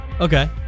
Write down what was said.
Okay